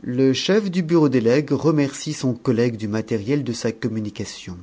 le chef du bureau des legs remercie son collègue du matériel de sa communication